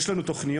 יש לנו תוכניות,